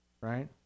right